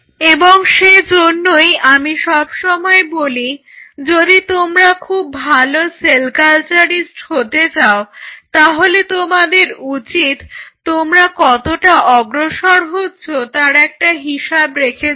এবং সেই জন্যই আমি সবসময় বলি যদি তোমরা খুব ভালো সেল কালচারিস্ট হতে চাও তাহলে তোমাদের উচিত তোমরা কতটা অগ্রসর হচ্ছো তার একটা হিসাব রেখে চলা